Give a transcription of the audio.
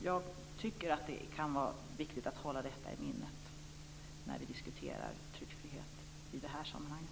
Jag tycker att det kan vara viktigt att hålla detta i minnet när vi diskuterar tryckfrihet i det här sammanhanget.